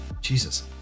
Jesus